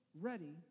ready